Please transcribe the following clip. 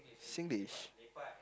Singlish